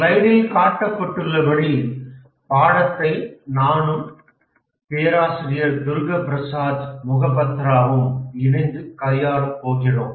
ஸ்லைடில் காட்டப்பட்டுள்ளபடி பாடத்தை நானும் பேராசிரியர் துர்கா பிரசாத் மொஹாபத்ராவும் இணைந்து கையாளாப்போகிறோம்